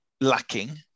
lacking